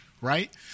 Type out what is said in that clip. right